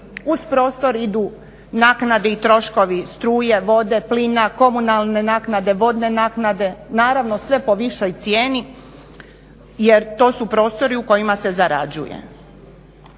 Uz prostor idu naknade i troškovi struje, vode, plina, komunalne naknade, vodne naknade. Naravno sve po višoj cijeni jer to su prostori u kojima se zarađuje.